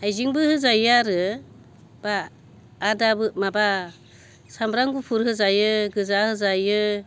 हाइजेंबो होजायो आरो बा आदाबो माबा सामब्राम गुफुर होजायो गोजा होजायो